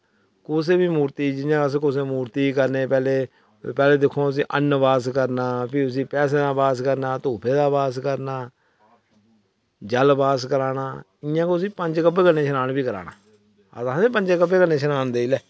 तुस मुर्ति दी इं'या जियां अस मुर्ति दी करने पैह्लें जियां पैह्लें उस्सी अन्न दा बास करना फ्ही उस्सी पैसें दा बास करना धूफै दा बास करना जल बास कराना इं'या उस्सी पंज गब्ब दा बास बी कराना ओह् आक्खदे निं बंदे पंज गबै दा शनान देई ले